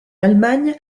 allemagne